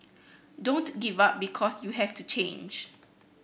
don't give up because you have to change